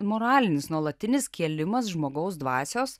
moralinis nuolatinis kėlimas žmogaus dvasios